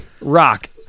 Rock